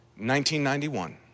1991